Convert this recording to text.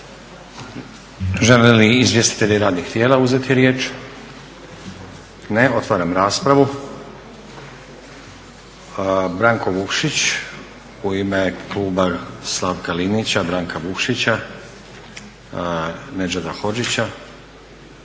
Žele li izvjestitelji radnih tijela uzeti riječ? Ne. Otvaram raspravu. Branko Vukšić u ime kluba Slavka Linića, Branka Vukšića, Nedžada Hodžića.